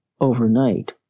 overnight